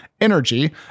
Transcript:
energy